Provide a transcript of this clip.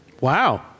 Wow